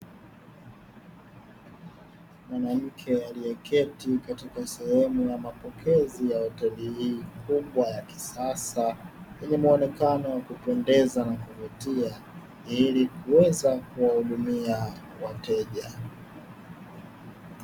Mwanamke aliyeketi katika sehemu ya mapokezi ya hoteli hii kubwa ya kisasa yenye muonekano wa kupendeza na kuvutia, ili kuweza kuwahudumia wateja.